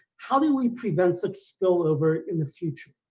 how do we prevent such spillover in the future?